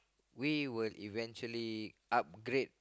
we would eventually upgrade